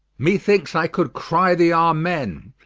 me thinkes i could cry the amen,